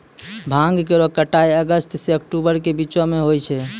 भांग केरो कटाई अगस्त सें अक्टूबर के बीचो म होय छै